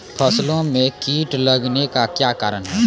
फसलो मे कीट लगने का क्या कारण है?